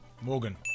Morgan